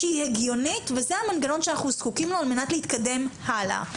שהיא הגיונית וזה המנגנון שאנחנו זקוקים לו על מנת להתקדם הלאה.